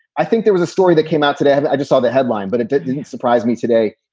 i think there was a story that came out today. i just saw that headline, but it didn't surprise me today.